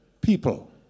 people